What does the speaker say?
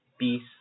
peace